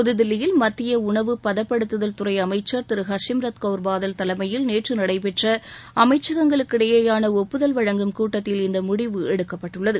புதுதில்லியில் மத்திய உணவு பதப்படுத்துதல் துறை அமைச்சர் திரு ஹர்சிம்ரத் கவுர் பாதல் தலைமையில் நேற்று நடைபெற்ற அமைச்சகங்களுக்கிடையேயான ஒப்புதல் வழங்கும் கூட்டத்தில் இந்த முடிவு எடுக்கப்பட்டுள்ளது